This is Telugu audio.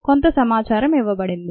కొంత సమాచారం ఇవ్వబడింది